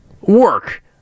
work